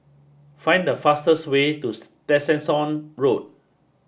find the fastest way to Tessensohn Road